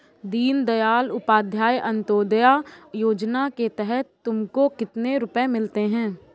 दीन दयाल उपाध्याय अंत्योदया योजना के तहत तुमको कितने रुपये मिलते हैं